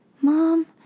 Mom